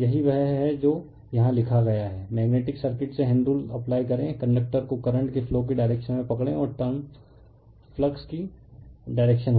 यही वह है जो यहां लिखा गया है मैग्नेटिक सर्किट से हैण्ड रूल अप्लाई करें कंडक्टर को करंट के फ्लो की डायरेक्शन में पकड़ें और टर्म फ्लक्स की डायरेक्शन होगी